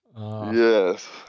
Yes